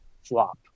Flop